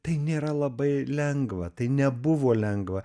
tai nėra labai lengva tai nebuvo lengva